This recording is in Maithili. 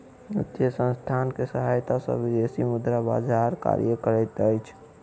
वित्तीय संसथान के सहायता सॅ विदेशी मुद्रा बजार कार्य करैत अछि